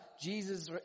jesus